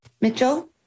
Mitchell